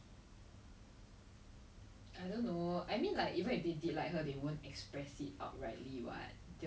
exactly no not even 养我们自己 leh it's just for 我们 luxuries 而已 eh 我们的 food lodging